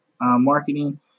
marketing